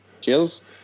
Cheers